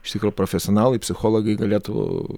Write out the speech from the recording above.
iš tikro profesionalai psichologai galėtų